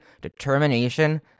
determination